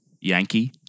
Yankee